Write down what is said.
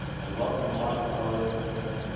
i love the modern colors in here